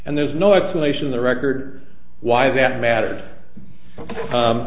and there's no explanation of the record why that mattered u